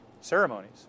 ceremonies